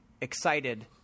excited